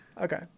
Okay